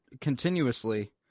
continuously